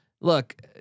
Look